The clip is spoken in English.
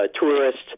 tourists